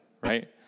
right